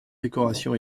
décoration